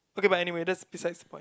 okay but anyway that's besides the point